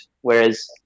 Whereas